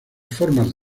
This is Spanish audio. formas